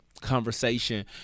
conversation